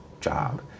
job